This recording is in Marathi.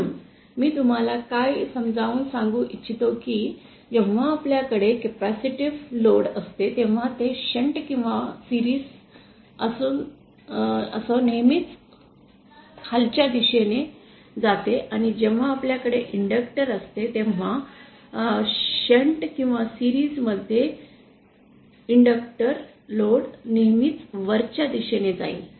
म्हणूनच मी तुम्हाला काय हे समजावून सांगू इच्छितो की जेव्हा आपल्याकडे कॅपेसिटिव लोड असते तेव्हा ते शंट किंवा मालिका असो नेहमीच खालच्या दिशेने जाते आणि जेव्हा आपल्याकडे इंडक्टर् असते तेव्हा शंट किंवा सिरीज मध्ये इंडक्टर् लोड नेहमी वरच्या दिशेने जाईल